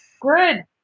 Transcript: Good